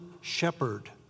shepherd